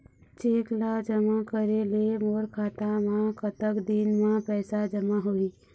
Cheque ला जमा करे ले मोर खाता मा कतक दिन मा पैसा जमा होही?